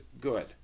good